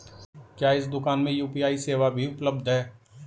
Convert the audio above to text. क्या इस दूकान में यू.पी.आई सेवा भी उपलब्ध है?